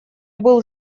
был